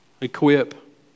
equip